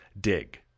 dig